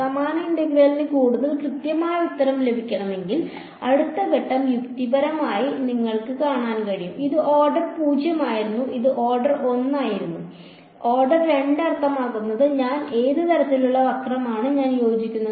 സമാന ഇന്റഗ്രലിന് കൂടുതൽ കൃത്യമായ ഉത്തരം ലഭിക്കണമെങ്കിൽ അടുത്ത ഘട്ടം യുക്തിപരമായി നിങ്ങൾക്ക് കാണാൻ കഴിയും ഇത് ഓർഡർ 0 ആയിരുന്നു ഇത് ഓർഡർ 1 ആയിരുന്നു ഓർഡർ 2 അർത്ഥമാക്കുന്നത് ഞാൻ ഏത് തരത്തിലുള്ള വക്രമാണ് ഞാൻ യോജിക്കുന്നത്